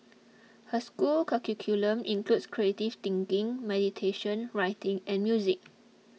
her school's curriculum includes creative thinking meditation writing and music